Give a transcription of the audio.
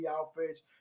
outfits